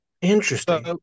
Interesting